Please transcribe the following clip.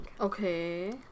Okay